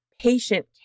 Patient